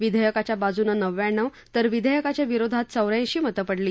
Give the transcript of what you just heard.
विधेयकाच्या बाजूनं नव्व्याण्णव तर विधेयकाच्या विरोधात चौ याऐंशी मतं पडली